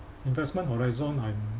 investment horizon I'm